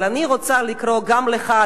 אבל אני רוצה לקרוא גם לך,